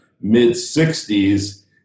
mid-60s